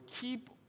keep